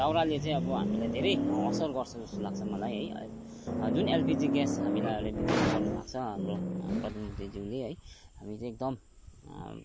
दाउराले चाहिँ अब हामीलाई धेरै असर गर्छ जस्तो लाग्छ मलाई है जुन एलपिजी ग्यास हामीलाई अहिले वितरण गर्नु भएको छ हाम्रो प्रधानमन्त्रीज्यूले है हामी चाहिँ एकदम